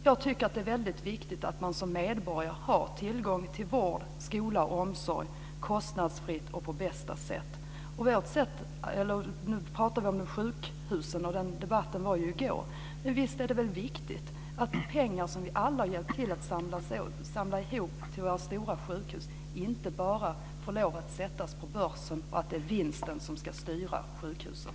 Jag tycker att det är väldigt viktigt att man som medborgare har tillgång till vård, skola och omsorg kostnadsfritt och på bästa sätt. Om vi pratar om sjukhusen var ju den debatten i går, men visst är det viktigt att pengar som vi alla hjälper till att samla ihop till våra stora sjukhus inte bara får sättas på börsen och att det inte är vinsten som ska styra sjukhusen.